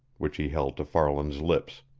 which he held to farland's lips.